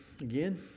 again